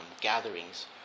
gatherings